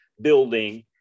building